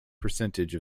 percentage